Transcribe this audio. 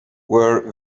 were